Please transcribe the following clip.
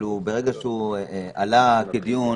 אבל ברגע שהוא עלה כדיון